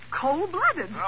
cold-blooded